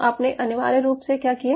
तो आपने अनिवार्य रूप से क्या किया